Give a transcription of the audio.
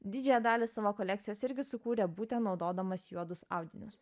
didžiąją dalį savo kolekcijos irgi sukūrė būtent naudodamas juodus audinius